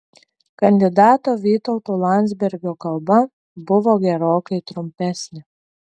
kandidato vytauto landsbergio kalba buvo gerokai trumpesnė